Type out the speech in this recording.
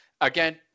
Again